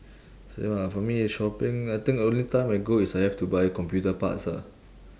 same ah for me if shopping I think only time I go is I have to buy computer parts ah